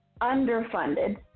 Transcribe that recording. underfunded